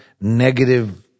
negative